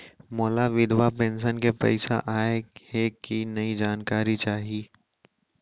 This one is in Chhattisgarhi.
मोला विधवा पेंशन के पइसा आय हे कि नई जानकारी चाही?